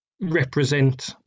represent